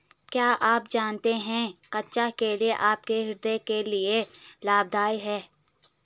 क्या आप जानते है कच्चा केला आपके हृदय के लिए लाभदायक है?